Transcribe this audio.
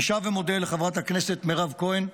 אני שב ומודה לחברת הכנסת מירב כהן,